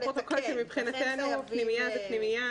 לפרוטוקול שמבחינתנו פנימייה זה פנימייה,